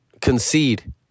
Concede